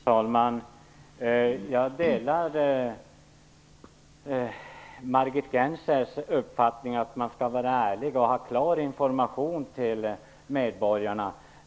Fru talman! Jag delar Margit Gennsers uppfattning att man skall vara ärlig och ge klar information till medborgarna.